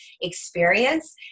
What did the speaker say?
experience